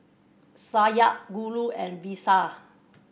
Satya Guru and Vishal